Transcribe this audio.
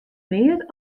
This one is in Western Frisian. mear